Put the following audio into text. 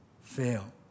fail